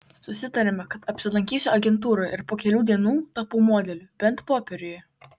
susitarėme kad apsilankysiu agentūroje ir po kelių dienų tapau modeliu bent popieriuje